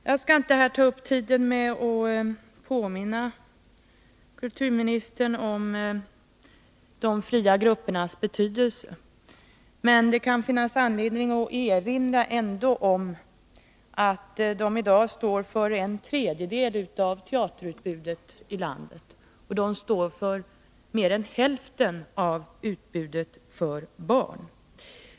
Jag skall inte ta upp tiden med att påminna kulturministern om de fria gruppernas betydelse, men det kan ändå finnas anledning att erinra om att de i dag står för en tredjedel av teaterutbudet i landet och för mer än hälften av teaterutbudet för barn.